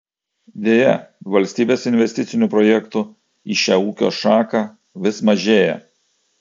deja valstybės investicinių projektų į šią ūkio šaką vis mažėja